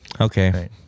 Okay